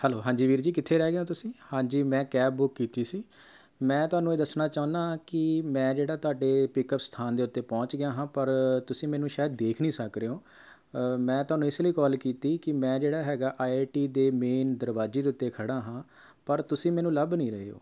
hello ਹਾਂਜੀ ਵੀਰ ਜੀ ਕਿੱਥੇ ਰਹਿ ਗਏ ਹੋ ਤੁਸੀਂ ਹਾਂਜੀ ਮੈਂ ਕੈਬ ਬੁੱਕ ਕੀਤੀ ਸੀ ਮੈਂ ਤੁਹਾਨੂੰ ਇਹ ਦੱਸਣਾ ਚਾਹੁੰਦਾ ਕਿ ਮੈਂ ਜਿਹੜਾ ਤੁਹਾਡੇ ਪਿਕਅੱਪ ਸਥਾਨ ਦੇ ਉੱਤੇ ਪਹੁੰਚ ਗਿਆ ਹਾਂ ਪਰ ਤੁਸੀਂ ਮੈਨੂੰ ਸ਼ਾਇਦ ਦੇਖ ਦੀ ਸਕ ਰਹੇ ਹੋ ਮੈਂ ਤੁਹਾਨੂੰ ਇਸ ਲਈ ਕੋਲ ਕੀਤੀ ਕਿ ਮੈਂ ਜਿਹੜਾ ਹੈਗਾ ਆਈ ਆਈ ਟੀ ਦੇ ਮੇਨ ਦਰਵਾਜ਼ੇ ਦੇ ਉੱਤੇ ਖੜ੍ਹਾ ਹਾਂ ਪਰ ਤੁਸੀਂ ਮੈਨੂੰ ਲੱਭ ਨਹੀਂ ਰਹੇ ਹੋ